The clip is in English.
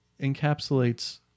encapsulates